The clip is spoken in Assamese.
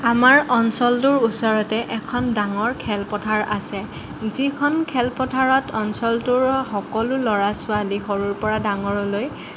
আমাৰ অঞ্চলটোৰ ওচৰতে এখন ডাঙৰ খেলপথাৰ আছে যিখন খেলপথাৰত অঞ্চলটোৰ সকলো ল'ৰা ছোৱালী সৰুৰ পৰা ডাঙৰলৈ